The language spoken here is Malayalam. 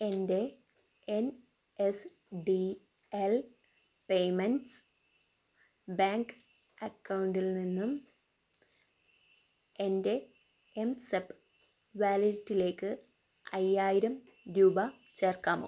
എൻ്റെ N S D L payments bank അക്കൗണ്ടിൽ നിന്നും എൻ്റെ എംസ്വൈപ്പ് വാലറ്റിലേക്ക് അയ്യായിരം രൂപ ചേർക്കാമോ